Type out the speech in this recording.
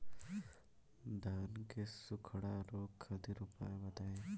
धान के सुखड़ा रोग खातिर उपाय बताई?